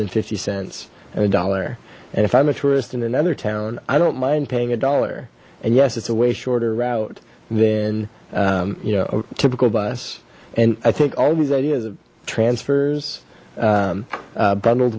than fifty cents and a dollar and if i'm a tourist in another town i don't mind paying a dollar and yes it's a way shorter route then you know typical bus and i think all these ideas of transfers bundled